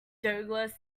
douglas